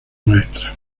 maestras